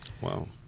Wow